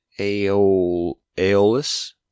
Aeolus